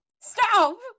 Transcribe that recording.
stop